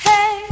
Hey